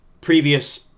previous